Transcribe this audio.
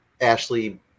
Ashley